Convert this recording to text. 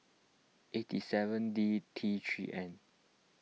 eighty seven D T three N